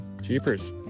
Jeepers